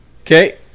Okay